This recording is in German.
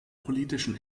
politischen